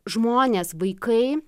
žmonės vaikai